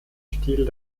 stil